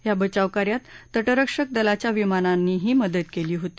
या बचाव कार्यात तटरक्षक दलाच्या विमांनांनी ही मदत केली होती